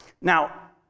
Now